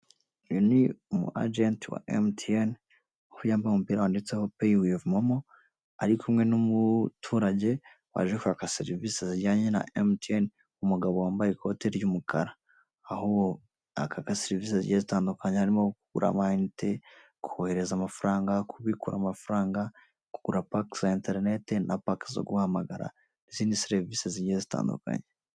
Uyu ni umu ajenti wa emutiyeni aho yambaye umupira wanditseho peyi wivi momo ari kumwe n'umuturage waje kwaka serivise zijyanye na emutiyeni umugabo wambaye ikote ry'umukara, aho yakaga serivise zigiye zitandukanye harimo kugura amayinite, kohereza amafaranga, kubikura amafaranga, kugura pake za interineti na pake zo guhamagara izindi serivise zigiye zitandukanye.